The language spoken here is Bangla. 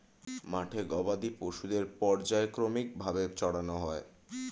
মাঠে গবাদি পশুদের পর্যায়ক্রমিক ভাবে চরানো হয়